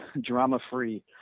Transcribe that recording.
drama-free